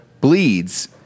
bleeds